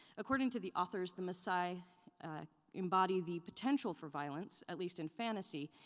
according to the authors, the maasai embody the potential for violence, at least in fantasy,